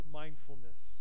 mindfulness